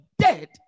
dead